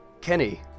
kenny